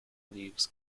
leaves